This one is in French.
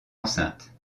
enceinte